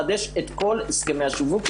לחדש את כל הסכמי השיווק.